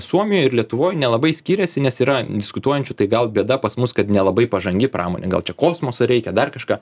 suomijoj ir lietuvoj nelabai skiriasi nes yra diskutuojančių tai gal bėda pas mus kad nelabai pažangi pramonė gal čia kosmoso reikia dar kažką